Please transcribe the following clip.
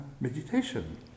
meditation